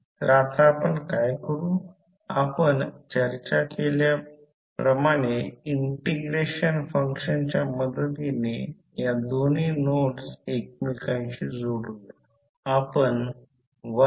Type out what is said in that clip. तर आता हे आकृतीमध्ये दिलेल्या डॉटसाठी 5 Ω रेझिस्टरमधील व्होल्टेज शोधा नंतर कॉइल 1 मधील पोलारिटि उलट करा आणि पुन्हा करा